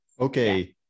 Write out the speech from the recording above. Okay